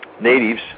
Natives